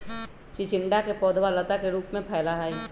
चिचिंडा के पौधवा लता के रूप में फैला हई